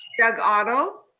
doug otto.